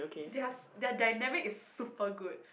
they are their dynamic is super good